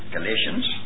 Galatians